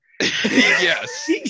yes